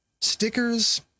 stickers